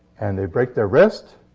and they break their wrist,